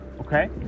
okay